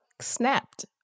snapped